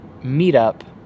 meetup